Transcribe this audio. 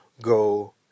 go